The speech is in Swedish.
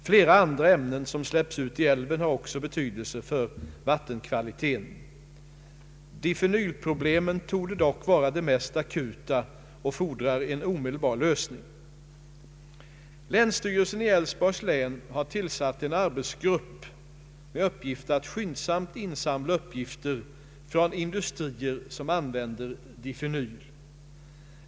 Flera andra ämnen som släpps ut i älven har också betydelse för vattenkvaliteten. Difenylproblemen torde dock vara de mest akuta och fordrar en omedelbar lösning. Länsstyrelsen i Älvsborgs län har tillsatt en arbetsgrupp med uppgift att skyndsamt insamla uppgifter från in dustrier som använder difenyl.